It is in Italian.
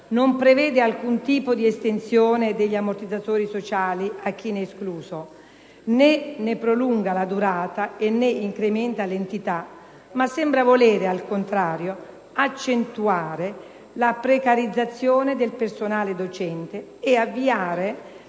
non prevede alcun tipo di estensione degli ammortizzatori sociali a chi ne è escluso, e neanche ne prolunga la durata o ne incrementa l'entità, ma sembra volere, al contrario, accentuare la precarizzazione del personale docente e avviare la